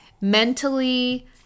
mentally